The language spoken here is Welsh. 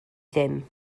ddim